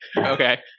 Okay